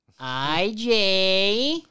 IJ